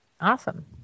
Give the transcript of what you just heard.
awesome